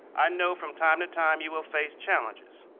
i know from time to time you will face challenges,